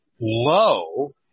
low